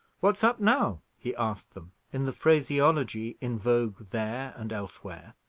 what's up now? he asked them, in the phraseology in vogue there and elsewhere.